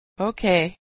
Okay